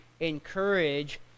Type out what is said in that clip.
encourage